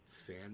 fan